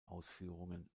ausführungen